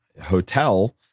hotel